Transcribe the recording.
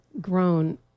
grown